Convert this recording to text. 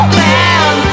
man